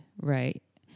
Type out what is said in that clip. right